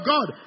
God